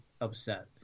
upset